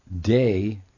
day